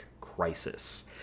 crisis